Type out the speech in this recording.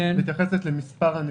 היא מתייחסת למספר הנפשות.